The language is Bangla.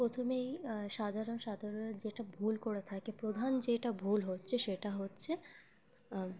প্রথমেই সাধারণ সাধারণে যেটা ভুল করে থাকে প্রধান যেটা ভুল হচ্ছে সেটা হচ্ছে